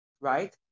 right